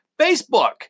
Facebook